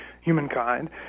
humankind